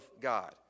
God